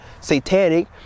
Satanic